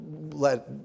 let